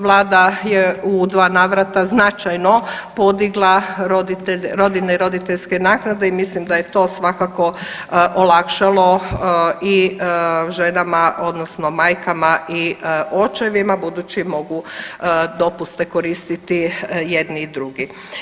Vlada je u dva navrata značajno podigla rodiljne i roditeljske naknade i mislim da je to svakako olakšalo i ženama odnosno majkama i očevima budući mogu dopuste koristiti jedni i drugi.